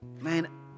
man